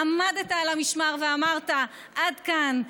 עמדת על המשמר ואמרת: עד כאן,